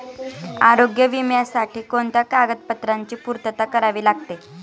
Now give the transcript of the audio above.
आरोग्य विम्यासाठी कोणत्या कागदपत्रांची पूर्तता करावी लागते?